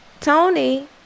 Tony